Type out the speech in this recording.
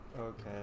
okay